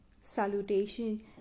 Salutation